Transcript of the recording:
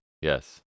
Yes